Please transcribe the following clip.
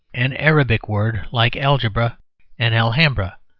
an arabic word, like algebra and alhambra,